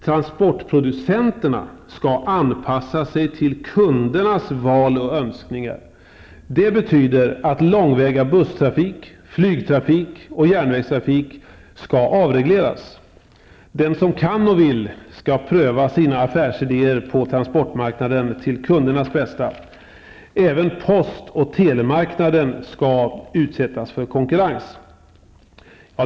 Transportproducenterna skall anpassa sig till kundernas val och önskningar. Det betyder att långväga busstrafik, flygtrafik och järnvägstrafik skall avregleras. Den som kan och vill skall kunna pröva sina affärsidéer på transportmarknaden till kundernas bästa. Även post och telemarknaden skall utsättas för konkurrens.